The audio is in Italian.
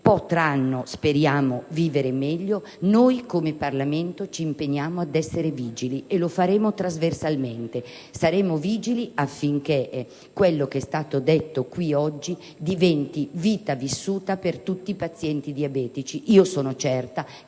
potranno, speriamo, vivere meglio. Noi come Parlamento ci impegniamo a essere vigili, e lo faremo trasversalmente. Saremo vigili affinché quanto è stato detto oggi in questa sede diventi vita vissuta per tutti i pazienti diabetici. Sono certa che